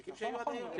התיקים שיהיו עד היום,